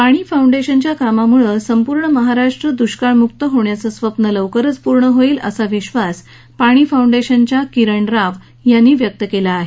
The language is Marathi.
पाणी फाउंडेशनच्या कामामुळे संपूर्ण महाराष्ट्र दुष्काळमुक्त होण्याचं स्वप्न लवकरच पूर्ण होईल असा विश्वास पाणी फाउंडेशनच्या किरण राव यांनी व्यक्त केला आहे